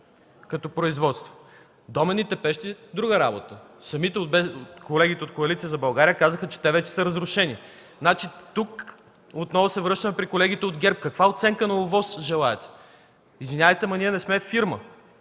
като производство. Доменните пещи са друга работа. Колегите от Коалиция за България казаха, че те вече са разрушени. Тук отново се връщам при колегите от ГЕРБ – каква оценка на ОВОС желаете? Извинявайте, ама ние не сме фирма.